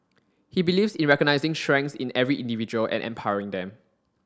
he believes in recognising strengths in every individual and empowering them